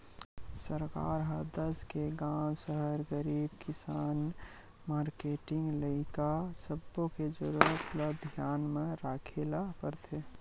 सरकार ह देस के गाँव, सहर, गरीब, किसान, मारकेटिंग, लइका सब्बो के जरूरत ल धियान म राखे ल परथे